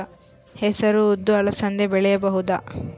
ಹೆಸರು ಉದ್ದು ಅಲಸಂದೆ ಬೆಳೆಯಬಹುದಾ?